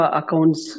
accounts